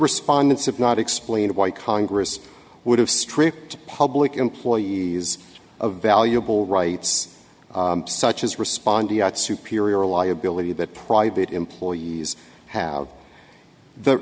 respondents of not explained why congress would have stripped public employees of valuable rights such as respond to superior liability that private employees have the